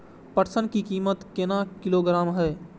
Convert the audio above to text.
पटसन की कीमत केना किलोग्राम हय?